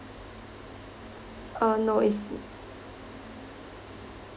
uh no it's